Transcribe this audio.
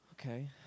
Okay